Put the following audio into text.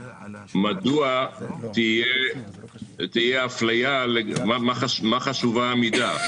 מדוע תהיה אפליה מה חשובה המידה,